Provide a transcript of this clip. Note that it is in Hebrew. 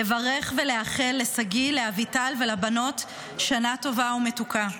לברך ולאחל לשגיא, לאביטל ולבנות שנה טובה ומתוקה.